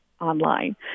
online